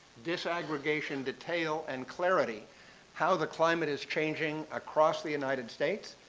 disaggregation detail and clarity how the climate is changing across the united states,